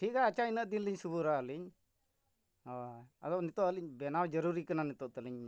ᱴᱷᱤᱠ ᱜᱮᱭᱟ ᱟᱪᱪᱷᱟ ᱤᱱᱟᱹᱜ ᱫᱤᱱ ᱞᱤᱧ ᱥᱚᱵᱩᱨᱟ ᱟᱹᱞᱤᱧ ᱦᱳᱭ ᱟᱫᱚ ᱱᱤᱛᱳᱜ ᱟᱹᱞᱤᱧ ᱵᱮᱱᱟᱣ ᱡᱚᱨᱩᱨᱤ ᱠᱟᱱᱟ ᱱᱤᱛᱳᱜ ᱛᱟᱹᱞᱤᱧ ᱤᱧᱟᱹᱜ